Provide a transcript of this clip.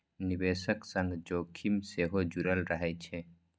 निवेशक संग जोखिम सेहो जुड़ल रहै छै